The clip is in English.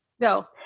go